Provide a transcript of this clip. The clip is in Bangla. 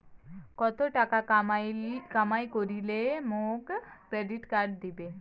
কত টাকা কামাই করিলে মোক ক্রেডিট কার্ড দিবে?